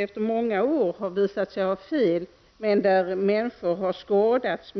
efter många år har visat sig att man faktiskt har fel men där människor har skadats.